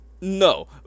no